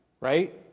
right